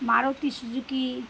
Maruti Suzuki